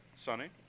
Sunny